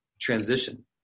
transition